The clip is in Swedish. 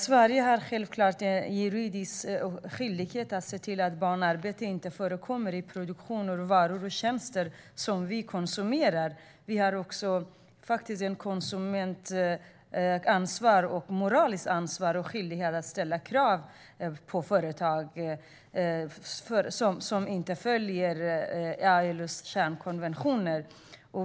Sverige har självklart en juridisk skyldighet att se till att barnarbete inte förekommer i produktionen av varor och tjänster som vi konsumerar. Vi har också som konsumenter ett moraliskt ansvar och en skyldighet att ställa krav på företag som inte följer ILO:s kärnkonventioner.